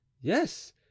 yes